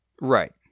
Right